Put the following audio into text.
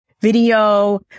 video